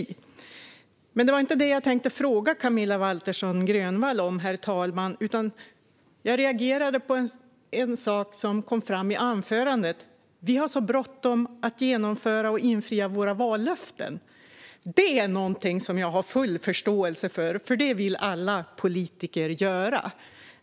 Det var egentligen inte detta som jag tänkte fråga Camilla Waltersson Grönvall om, herr talman, utan det var om en sak som sas i anförandet: Vi har så bråttom att genomföra och infria vallöften. Det är någonting som jag har full förståelse för, för det vill alla politiker göra.